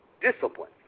discipline